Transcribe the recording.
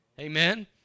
Amen